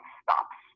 stops